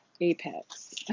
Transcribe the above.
apex